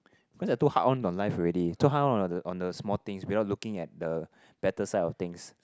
because you're too hard on on life already too hard on on the on the small things without looking at the better side of things